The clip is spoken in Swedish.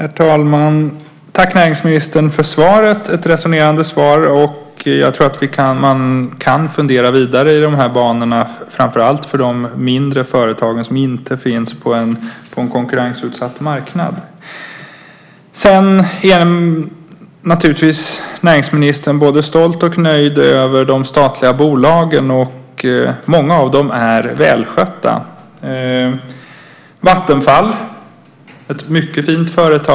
Herr talman! Jag tackar näringsministern för svaret, som var ett resonerande svar. Jag tror att man kan fundera vidare i banorna. Det gäller framför allt för de mindre företagen som inte finns på en konkurrensutsatt marknad. Näringsministern är naturligtvis både stolt över och nöjd med de statliga bolagen, och många av dem är välskötta. Vattenfall är ett mycket fint företag.